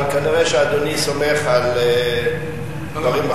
אבל כנראה שאדוני סומך על שרים אחרים.